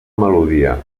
melodia